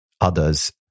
others